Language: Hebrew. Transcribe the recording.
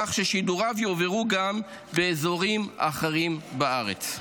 כך ששידוריו יועברו גם באזורים אחרים בארץ.